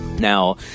now